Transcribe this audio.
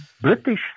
British